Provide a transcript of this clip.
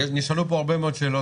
נשאלו פה הרבה מאוד שאלות.